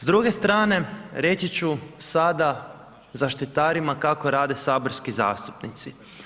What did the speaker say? S druge strane, reći ću sada, zaštitarima kako rade saborski zastupnici.